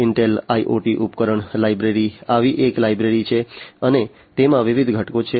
Intel IoT ઉપકરણ library આવી એક લાઇબ્રેરી છે અને તેમાં વિવિધ ઘટકો છે